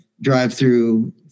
drive-through